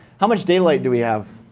how much daylight do we have?